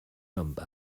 number